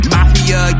Mafia